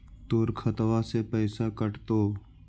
तोर खतबा से पैसा कटतो?